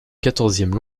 quatorzième